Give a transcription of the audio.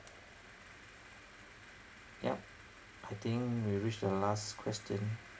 yup I think we reach the last question